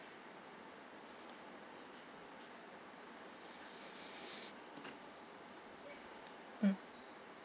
mm